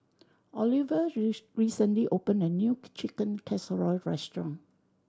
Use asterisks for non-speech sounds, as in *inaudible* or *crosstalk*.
Oliva *unintelligible* recently opened a new *unintelligible* Chicken Casserole restaurant